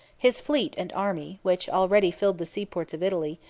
his fleet and army, which already filled the seaports of italy,